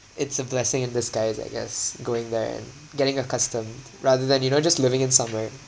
it's a blessing in disguise I guess going there and getting accustomed rather than you know just living in somewhere